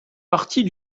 partie